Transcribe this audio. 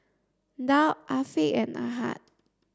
Daud Afiq and Ahad